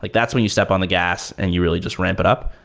like that's when you step on the gas and you really just ramp it up.